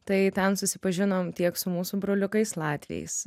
tai ten susipažinom tiek su mūsų broliukais latviais